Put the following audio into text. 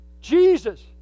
Jesus